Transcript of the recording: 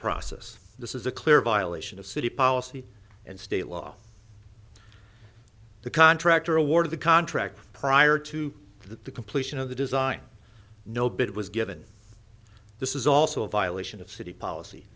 process this is a clear violation of city policy and state law the contractor awarded the contract prior to the completion of the design no bid was given this is also a violation of city policy